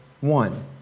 one